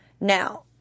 Now